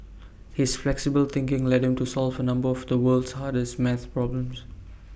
his flexible thinking led him to solve A number of the world's hardest maths problems